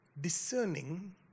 discerning